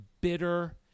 bitter